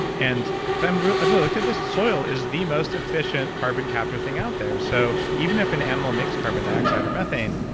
and i've looked at this, the soil is the most efficient carbon capture thing out there. so, even if an animal makes carbon dioxide or methane,